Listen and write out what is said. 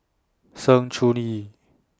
Sng Choon Yee